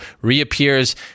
reappears